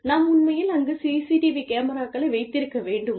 நாம் உண்மையில் அங்கு சிசிடிவி கேமராக்களை வைத்திருக்க வேண்டுமா